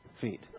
feet